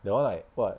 that [one] like [what]